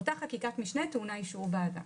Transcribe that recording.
אותה חקיקת משנה טעונה אישור ועדה.